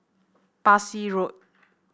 Parsi Road